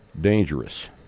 dangerous